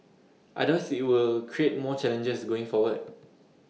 others IT will create more challenges going forward